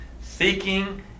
Seeking